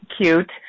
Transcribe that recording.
cute